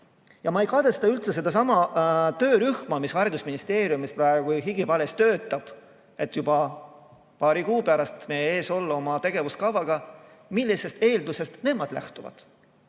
Ma ei kadesta üldse sedasama töörühma, mis haridusministeeriumis palehigis töötab, et juba paari kuu pärast meie ees olla oma tegevuskavaga. Millisest eeldusest nemad lähtuvad?